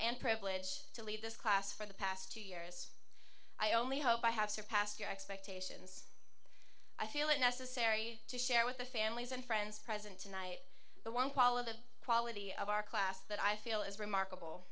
and privilege to lead this class for the past two years i only hope i have surpassed your expectations i feel it necessary to share with the families and friends present tonight the one quality of quality of our class that i feel is remarkable